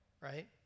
right